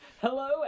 hello